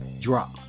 drop